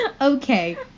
Okay